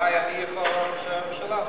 אולי אני יכול לדבר בשם הממשלה.